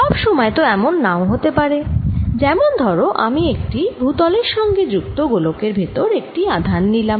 সব সময় তো এমন নাও হতে পারে যেমন ধরো আমি একটি ভুতলের সঙ্গে যুক্ত গোলকের ভেতর একটি আধান নিলাম